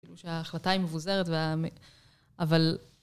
שה...החלטה היא מבוזרת, והמ... אבל...